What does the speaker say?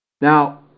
Now